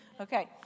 Okay